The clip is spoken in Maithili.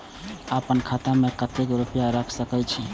आपन खाता में केते रूपया रख सके छी?